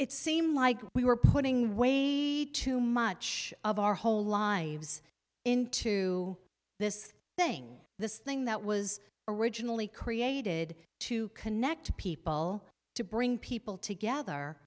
it seem like we were putting way too much of our whole lives into this thing this thing that was originally created to connect people to bring people together